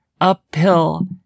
uphill